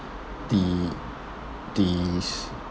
the the